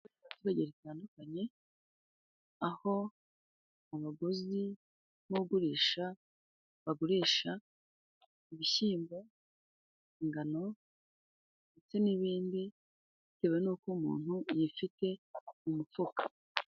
Isoko ry'abaturage zitandukanye aho abaguzi n'ugurisha bagurisha ibishyimbo, ingano ndetse n'ibindi bitewe n'uko umuntu yifite mu mufuka.